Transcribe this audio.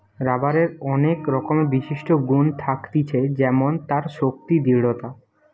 রাবারের অনেক রকমের বিশিষ্ট গুন থাকতিছে যেমন তার শক্তি, দৃঢ়তা